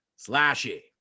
slashy